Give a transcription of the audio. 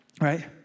right